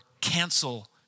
cancel